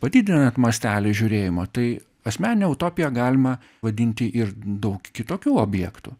padidinant mastelį žiūrėjimo tai asmenine utopija galima vadinti ir daug kitokių objektų